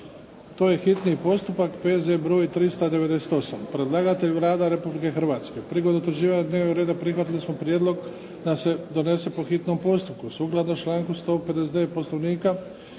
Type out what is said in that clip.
zakona, hitni postupak, P.Z. broj 388 Predlagatelj Vlada Republike Hrvatske. Prigodom utvrđivanja dnevnog reda prihvatili smo prijedlog da se donese po hitnom postupku.